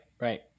Right